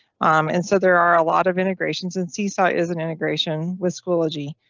um and so there are a lot of integrations in seaside isn't integration with schoology,